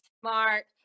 smart